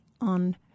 on